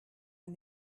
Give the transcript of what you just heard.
and